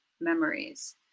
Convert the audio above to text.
memories